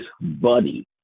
buddy